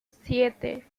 siete